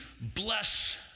bless